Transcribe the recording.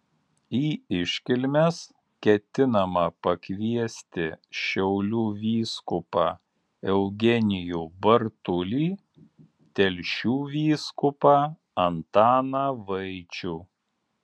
į iškilmes ketinama pakviesti šiaulių vyskupą eugenijų bartulį telšių vyskupą antaną vaičių